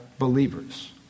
believers